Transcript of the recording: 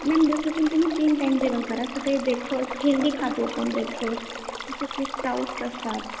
ma'am दिवसातून तुम्ही तीन टाईम जेवण करा सकाळी ब्रेकफस्ट हेल्दी खातो आपण ब्रेकफस्ट सेपरेट प्राऊट असतात